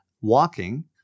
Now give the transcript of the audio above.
walking